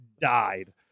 Died